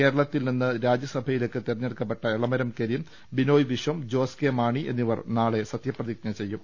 കേരളത്തിൽ നിന്ന് രാജ്യസഭയിലേക്ക് തെരഞ്ഞെടുക്കപ്പെട്ട എളമരം കരീം ബിനോയ് വിശ്വം ജോസ് കെ മാണി എന്നിവർ നാളെ സത്യപ്രതിജ്ഞ ചെയ്യും